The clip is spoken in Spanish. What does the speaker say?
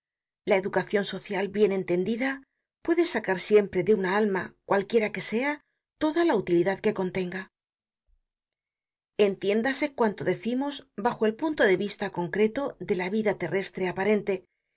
la educacion social bien entendida puede sacar siempre de una alma cualquiera que sea toda la utilidad que contenga entiéndase cuanto decimos bajo el punto de vista concreto de la vida terrestre aparente y